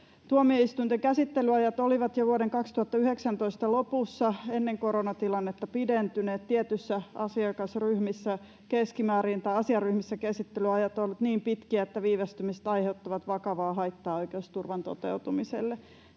Tuomioistuinten käsittelyajat olivat jo vuoden 2019 lopussa, ennen koronatilannetta, pidentyneet. Tietyissä asiaryhmissä käsittelyajat olivat niin pitkiä, että viivästymiset aiheuttivat vakavaa haittaa oikeusturvan toteutumiselle.